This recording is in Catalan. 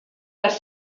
les